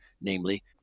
namely